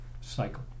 cycle